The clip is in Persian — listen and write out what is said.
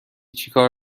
چکار